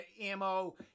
ammo